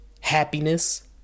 happiness